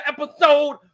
episode